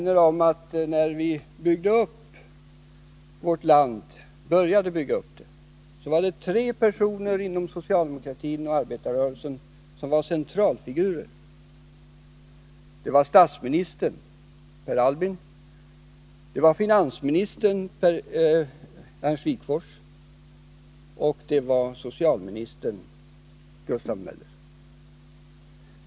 När vi började bygga upp vårt land var det tre personer inom socialdemokratin och arbetarrörelsen som var centralfigurer: statsministern Per Albin, finansministern Ernst Wigforss och socialministern Gustav Möller.